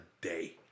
day